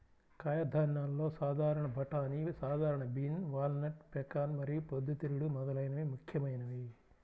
కాయధాన్యాలలో సాధారణ బఠానీ, సాధారణ బీన్, వాల్నట్, పెకాన్ మరియు పొద్దుతిరుగుడు మొదలైనవి ముఖ్యమైనవి